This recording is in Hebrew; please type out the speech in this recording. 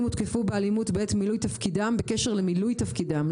הותקפו באלימות בעת מילוי תפקידם בקשר למילוי תפקידם,